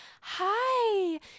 hi